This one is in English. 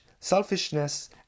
selfishness